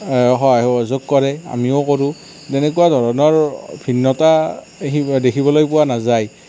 সহায় সহযোগ কৰে আমিও কৰোঁ তেনেকুৱা ধৰণৰ ভিন্নতা দেখিবলৈ পোৱা নাযায়